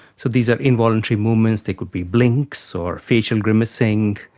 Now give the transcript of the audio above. so these are involuntary movements, they could be blinks or facial grimacing,